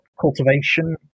cultivation